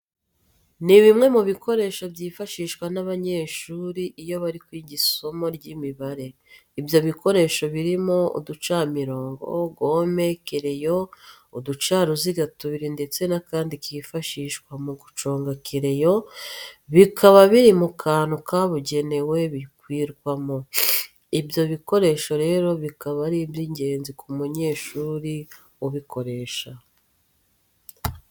Ni bimwe mu bikoresho byifashishwa n'abanyeshuri iyo bari kwiga isimo ry'Imibare. Ibyo bikoresho birimo uducamirongo, gome, kereyo, uducaruziga tubiri ndetse n'akandi kifashishwa mu guconga kereyo, bikaba biri mu kantu kabugenewe bibikwamo. Ibyo bikoresho rero bikaba ari iby'ingenzi ku munyeshuri ubukoresha.